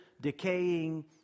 decaying